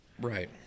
Right